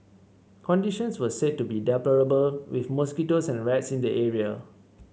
conditions were said to be deplorable with mosquitoes and rats in the area